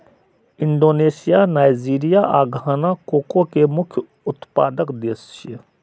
Indonesia, Nigeria आ Ghana cocoa के मुख्य उत्पादक देश छियै